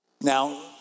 Now